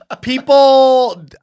people